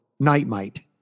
Nightmite